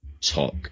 Talk